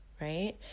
right